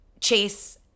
Chase